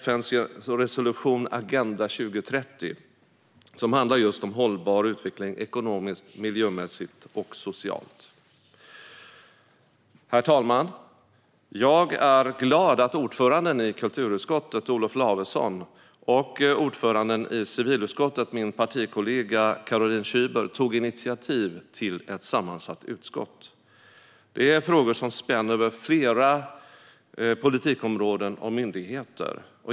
FN:s resolution Agenda 2030 handlar just om hållbar utveckling ekonomiskt, miljömässigt och socialt. Herr talman! Jag är glad att ordföranden i kulturutskottet, Olof Lavesson, och ordföranden i civilutskottet, min partikollega Caroline Szyber, tog initiativ till ett sammansatt utskott. Detta är frågor som spänner över flera politikområden och myndigheter.